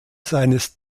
seines